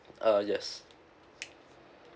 uh yes